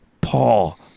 Paul